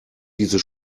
diese